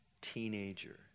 teenager